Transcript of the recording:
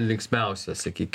linksmiausia sakyk